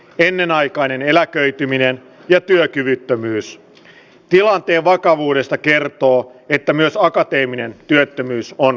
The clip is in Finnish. ennenaikainen eläköityminen ja työkyvyttömyys tilanteen vakavuudesta kertoo että myös akateeminen työttömyys on